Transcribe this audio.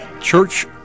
Church